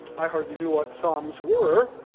i hardly knew what psalms were,